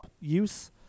use